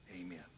amen